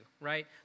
right